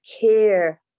care